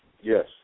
Yes